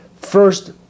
first